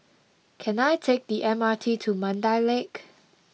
can I take the M R T to Mandai Lake